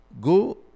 go